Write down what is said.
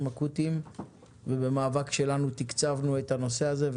אקוטיים ובמאבק שלנו תקצבנו את הנושא הזה.